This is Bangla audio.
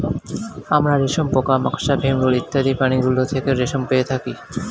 আমরা রেশম পোকা, মাকড়সা, ভিমরূল ইত্যাদি প্রাণীগুলো থেকে রেশম পেয়ে থাকি